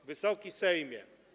Wysoki Sejmie!